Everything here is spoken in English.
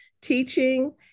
teaching